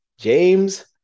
James